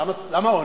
למה עונש?